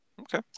Okay